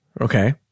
okay